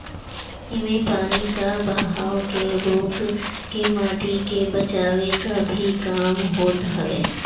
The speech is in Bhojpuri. इमे पानी कअ बहाव के रोक के माटी के बचावे कअ भी काम होत हवे